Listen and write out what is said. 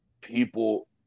people